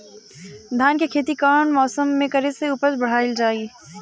धान के खेती कौन मौसम में करे से उपज बढ़ाईल जाई?